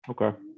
Okay